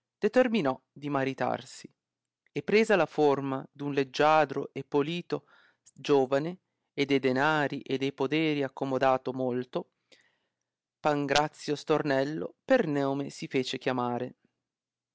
determinò di maritarsi e presa la forma d un leggiadro e polito giovane e de denari e de poderi accomodato molto pangrazio stornello per nome si fece chiamare